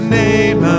name